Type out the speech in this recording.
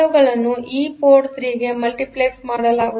ಅವುಗಳನ್ನು ಈ ಪೋರ್ಟ್ 3 ಗೆ ಮಲ್ಟಿಪ್ಲೆಕ್ಸ್ ಮಾಡಲಾಗುತ್ತದೆ